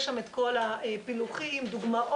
יש שם את כל הפילוחים, דוגמאות,